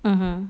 mmhmm